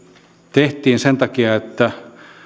tehtiin sen takia että